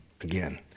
again